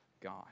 God